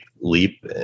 leap